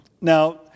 Now